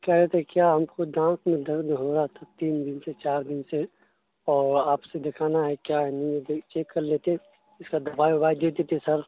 کہہ رہے تھے کیا ہم کو دانت میں درد ہو رہا تھا تین دن سے چار دن سے اور آپ سے دکھانا ہے کیا ہے نہیں ہے چیک کر لیتے اس کا دوائی ووائی دے دیتے سر